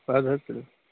اَدٕ حظ تُلِو